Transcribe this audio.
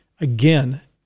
Again